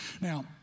Now